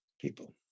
people